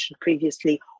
previously